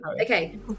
okay